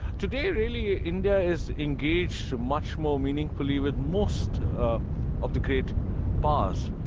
today, really, india is engaged much more meaningfully with most of the great powers.